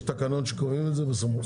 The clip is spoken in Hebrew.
יש תקנות שבהן קובעים את זה בתקנות?